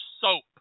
soap